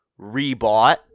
rebought